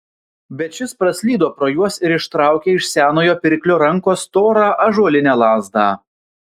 bet šis praslydo pro juos ir ištraukė iš senojo pirklio rankos storą ąžuolinę lazdą